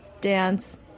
dance